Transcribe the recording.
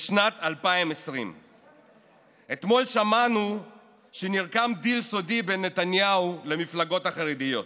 בשנת 2020. אתמול שמענו שנרקם דיל סודי בין נתניהו למפלגות החרדיות.